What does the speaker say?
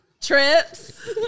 trips